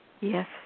Yes